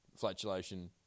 flatulation